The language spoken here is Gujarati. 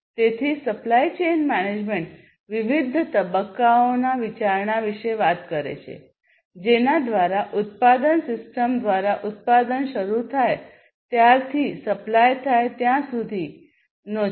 તેથી સપ્લાય ચેન મેનેજમેન્ટ વિવિધ તબક્કાઓના વિચારણા વિશે વાત કરે છે જેના દ્વારા ઉત્પાદન સિસ્ટમ દ્વારા ઉત્પાદન શરૂ થાય ત્યારથી સપ્લાય થાય ત્યાં સુધી છે